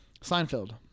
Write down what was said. Seinfeld